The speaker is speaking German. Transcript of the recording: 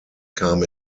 kam